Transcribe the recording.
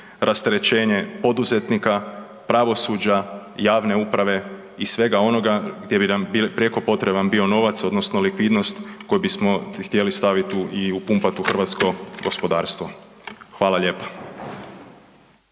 rasterećenje poduzetnika, pravosuđa, javne uprave i svega onoga gdje bi nam prijeko potreban bio novac odnosno likvidnost koji bismo htjeli staviti i upumpati u hrvatsko gospodarstvo. Hvala lijepa.